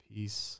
Peace